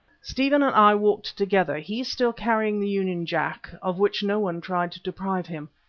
stephen and i walked together, he still carrying the union jack, of which no one tried to deprive him.